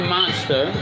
Monster